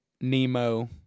Nemo